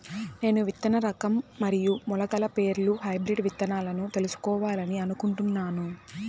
నేను విత్తన రకం మరియు మొలకల పేర్లు హైబ్రిడ్ విత్తనాలను తెలుసుకోవాలని అనుకుంటున్నాను?